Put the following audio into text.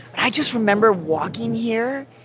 i just remember walking here